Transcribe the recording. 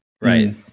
Right